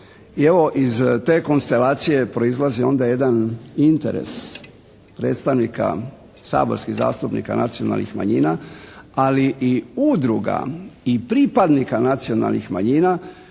I evo iz te konstalacije proizlazi onda jedan interes predstavnika saborskih zastupnika nacionalnih manjina, ali i udruga i pripadnika nacionalnih manjina